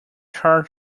chart